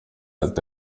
ati